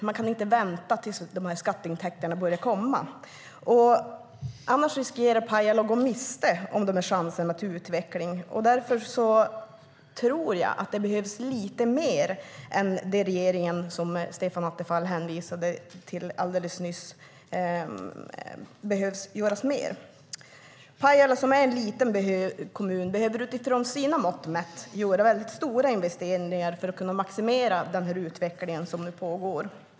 Man kan inte vänta tills skatteintäkterna börjar komma. Annars riskerar Pajala att gå miste om den här chansen till utveckling. Därför tror jag att regeringen behöver göra mer än det som Stefan Attefall hänvisade till nyss. Pajala som är en liten kommun behöver med sina mått mätt göra stora investeringar för att kunna maximera den utveckling som pågår.